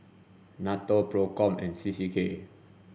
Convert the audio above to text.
NATO PROCOM and C C K